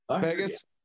Vegas